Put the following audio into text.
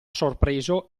sorpreso